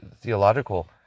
theological